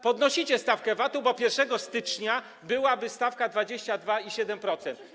Podnosicie stawkę VAT-u, bo od 1 stycznia byłaby stawka 22 i 7%.